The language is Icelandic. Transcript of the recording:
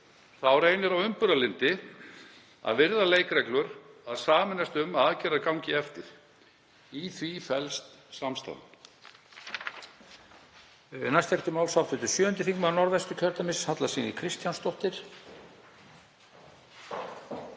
þá reynir á umburðarlyndi, að virða leikreglur, að sameinast um að aðgerðir gangi eftir. Í því felst samstaðan.